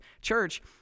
church